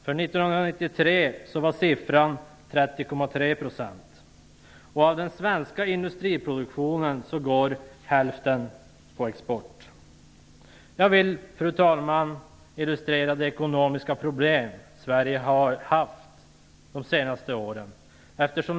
För 1993 var siffran 30,3 %. Av den svenska industriproduktionen går hälften på export. Jag vill, fru talman, illustrera de ekonomiska problem Sverige har haft de senaste åren.